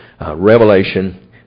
Revelation